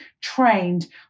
trained